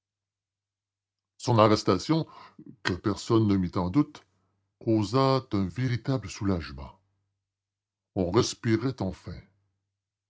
son arrestation que personne ne mit en doute causa un véritable soulagement on respirait enfin